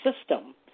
system